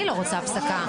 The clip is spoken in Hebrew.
אני לא רוצה הפסקה.